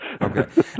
Okay